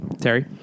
Terry